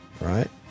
Right